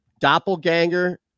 doppelganger